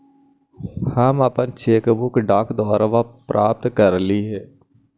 हम अपन cheque book डाक द्वारा प्राप्त कईली हे